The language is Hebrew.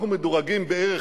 מדובר,